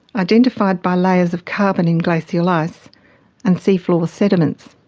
identified by layers of carbon in glacial ice and sea floor sediments,